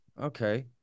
okay